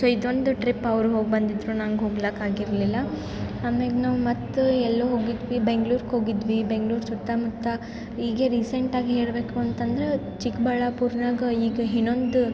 so ಇದೊಂದು trip ಅವ್ರು ಹೋಗಿ ಬಂದಿದ್ರು ನಂಗೆ ಹೋಗ್ಲಾಕೆ ಆಗಿರಲಿಲ್ಲ ಆಮೇಗೆ ನಾವು ಮತ್ತು ಎಲ್ಲಿ ಹೋಗಿದ್ವಿ ಬೆಂಗ್ಳೂರ್ಗೆ ಹೋಗಿದ್ವಿ ಬೆಂಗ್ಳೂರು ಸುತ್ತ ಮುತ್ತ ಈಗ ರೀಸೆಂಟಾಗಿ ಹೇಳಬೇಕು ಅಂತಂದರೆ ಚಿಕ್ಕಬಳ್ಳಾಪುರ್ನಾಗೆ ಹೀಗೆ ಇನ್ನೊಂದು